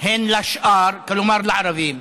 הן לשאר, כלומר לערבים,